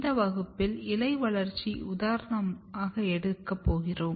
இந்த வகுப்பில் இலை வளர்ச்சியை உதாரணம் எடுக்கப் போகிறோம்